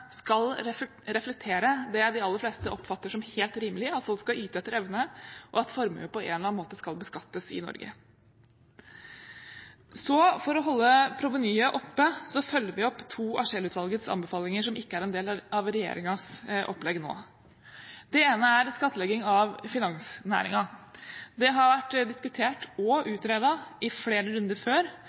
skal reflektere det de aller fleste oppfatter som helt rimelig – at folk skal yte etter evne, og at formue på en eller annen måte skal beskattes i Norge. For å holde provenyet oppe følger vi opp to av Scheel-utvalgets anbefalinger som ikke er en del av regjeringens opplegg nå. Det ene er skattlegging av finansnæringen. Det har vært diskutert og utredet i flere runder før,